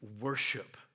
worship